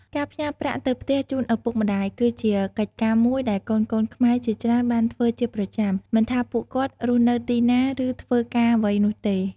ការផ្ញើប្រាក់ទៅផ្ទះជូនឪពុកម្ដាយ គឺជាកិច្ចការមួយដែលកូនៗខ្មែរជាច្រើនបានធ្វើជាប្រចាំ មិនថាពួកគាត់រស់នៅទីណា ឬធ្វើការអ្វីនោះទេ។